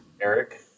Eric